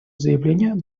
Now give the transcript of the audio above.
заявление